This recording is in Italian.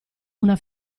una